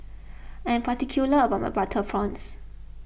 I am particular about my Butter Prawns